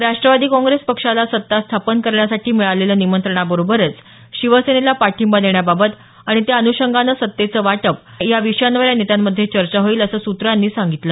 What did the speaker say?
राष्ट्रवादी काँग्रेस पक्षाला सत्ता स्थापन करण्यासाठी मिळालेलं निमंत्रणाबरोबरच शिवसेनेला पाठिंबा देण्याबाबत आणि त्या अनुषंगानं सत्तेचं वाटप या विषयांवर या नेत्यांमध्ये चर्चा होईल असं सूत्रांनं सांगितलं